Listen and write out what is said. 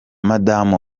madamu